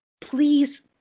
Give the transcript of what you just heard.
please